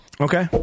Okay